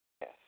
Yes